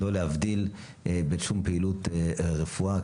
לא להבדיל בין שום פעילות רפואה,